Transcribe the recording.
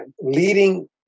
leading